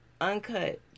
Uncut